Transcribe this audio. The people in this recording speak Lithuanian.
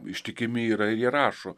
ištikimi yra ir jie rašo